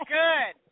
good